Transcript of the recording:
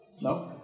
No